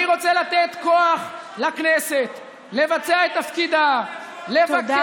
אני רוצה לתת כוח לכנסת לבצע את תפקידה, לבקר.